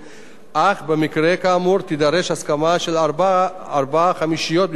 אך במקרה כאמור תידרש הסכמה של ארבע חמישיות מבעלי הדירות,